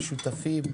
השותפים?